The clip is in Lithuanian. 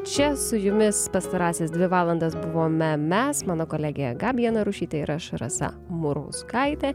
čia su jumis pastarąsias dvi valandas buvome mes mano kolegė gabija narušytė ir aš rasa murauskaitė